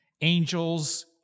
Angels